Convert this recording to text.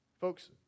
Folks